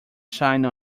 shine